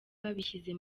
babishyize